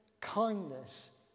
kindness